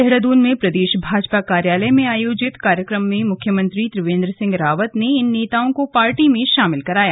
देहराद्रन में प्रदेश भाजपा कार्यालय में आयोजित कार्यक्रम में मुख्यमंत्री त्रिवेंद्र सिंह रावत ने इन नेताओं को पार्टी में शामिल कराया